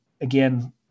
again